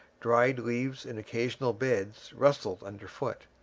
dried leaves in occasional beds rustled underfoot.